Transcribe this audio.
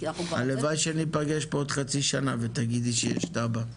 הלוואי שניפגש כאן בעוד חצי שנה ותגידי שיש תב"ע,